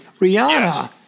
Rihanna